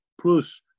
plus